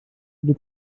der